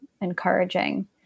encouraging